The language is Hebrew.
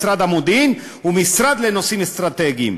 משרד המודיעין ומשרד לנושאים אסטרטגיים,